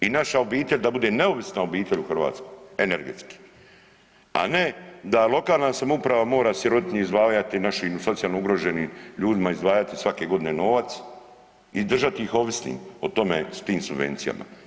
I naša obitelj da bude neovisna obitelj u Hrvatskoj, energetski a ne da lokalna samouprava mora sirotinji izdvajati našim socijalno ugroženim ljudima izdvajati svake godine novac i držati ih ovisnim o tome s tim subvencijama.